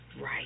right